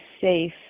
safe